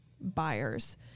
buyers